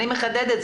אני מחדדת,